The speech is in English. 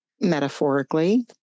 metaphorically